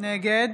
נגד